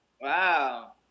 Wow